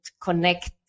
connect